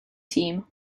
team